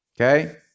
Okay